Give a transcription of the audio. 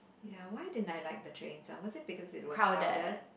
ya why didn't I like the trains ah was it because it was crowded